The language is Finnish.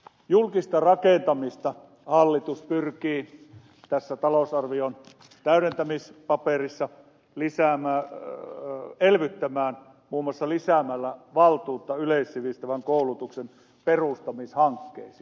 julkista rakentamista hallitus pyrkii tässä talousarvion täydentämispaperissa elvyttämään muun muassa lisäämällä valtuutta yleissivistävän koulutuksen perustamishankkeisiin